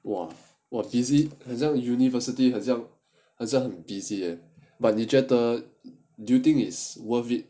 !wah! !wah! university university 很像很 busy eh but 你觉得 do you think is worth it